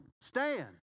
stand